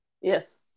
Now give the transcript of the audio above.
Yes